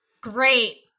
Great